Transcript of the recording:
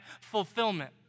fulfillment